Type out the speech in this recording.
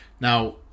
now